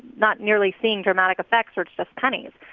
not nearly seeing dramatic effects or it's just pennies?